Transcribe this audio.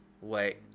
Wait